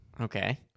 Okay